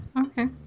Okay